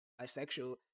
bisexual